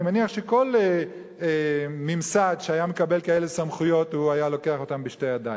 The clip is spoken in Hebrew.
אני מניח שכל ממסד שהיה מקבל כאלה סמכויות היה לוקח בשתי ידיים.